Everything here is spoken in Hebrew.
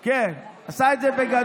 כן, עשה את זה בגדול,